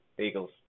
Eagles